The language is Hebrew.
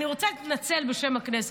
אני רוצה להתנצל בשם הכנסת,